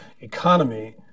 economy